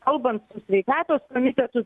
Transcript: kalbant su sveikatos komitetu